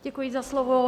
Děkuji za slovo.